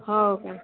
हो का